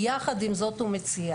יחד עם זאת הוא מציע